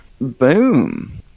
Boom